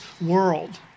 world